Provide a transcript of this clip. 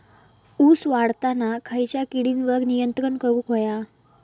ऊस वाढताना खयच्या किडींवर नियंत्रण करुक व्हया?